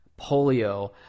polio